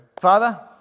Father